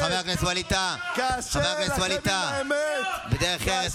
חבר הכנסת ווליד טאהא, תודה.